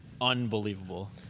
unbelievable